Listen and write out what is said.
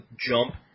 jump